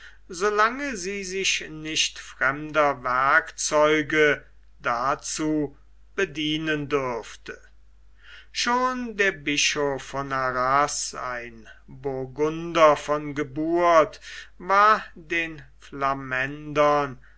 lange sie sich nicht fremder werkzeuge dazu bedienen dürfte schon der bischof von arras ein burgunder von geburt war den flamändern